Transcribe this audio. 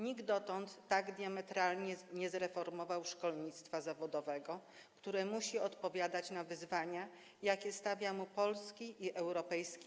Nikt dotąd tak diametralnie nie zreformował szkolnictwa zawodowego, które musi odpowiadać na wyzwania, jakie stawiają mu rynki pracy polski i europejski.